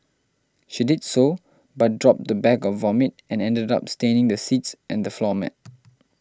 she did so but dropped the bag of vomit and ended up staining the seats and the floor mat